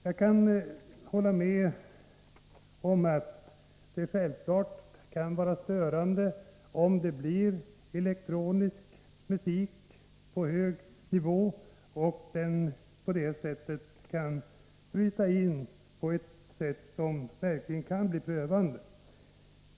Jag kan hålla med om att det självfallet kan vara störande om det blir fråga om elektronisk musik med hög ljudnivå, och den bryter in på ett sätt som verkligen kan bli prövande.